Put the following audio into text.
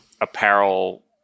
apparel